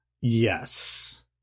yes